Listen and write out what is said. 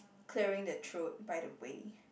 clearing the throat by the way